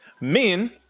Men